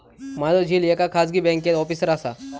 माझो झिल एका खाजगी बँकेत ऑफिसर असा